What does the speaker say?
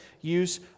use